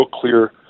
clear